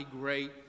great